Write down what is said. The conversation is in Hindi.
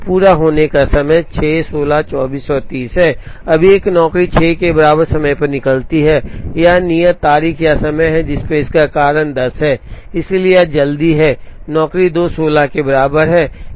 तो पूरा होने का समय 6 16 24 और 30 है अब एक नौकरी 6 के बराबर समय पर निकलती है यह नियत तारीख या समय है जिस पर इसका कारण 10 है इसलिए यह जल्दी है नौकरी 2 16 के बराबर है